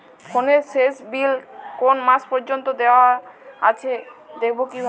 ফোনের শেষ বিল কোন মাস পর্যন্ত দেওয়া আছে দেখবো কিভাবে?